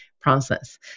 process